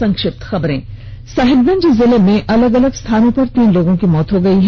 संक्षिप्त खबरें साहिबगंज जिले में अलग अलग स्थानों पर तीन लोगों की मौत हो गयी है